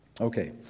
Okay